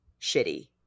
shitty